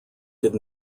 did